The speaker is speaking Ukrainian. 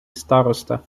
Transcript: староста